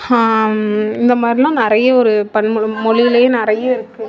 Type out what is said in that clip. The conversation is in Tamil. இந்த மாதிரில்லாம் நிறைய ஒரு பன்முக மொழியிலேயே நிறைய இருக்கு